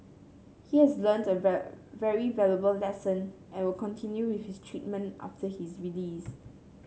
he has learnt a very valuable lesson and will continue with his treatment after his release